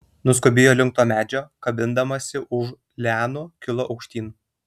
nuskubėjo link to medžio kabindamasi už lianų kilo aukštyn